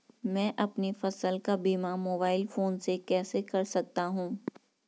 मैं अपनी फसल का बीमा मोबाइल फोन से कैसे कर सकता हूँ?